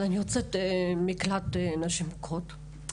אני יוצאת מקלט לנשים מוכות.